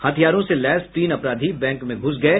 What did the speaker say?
हथियारों से लैस तीन अपराधी बैंक में घुस गये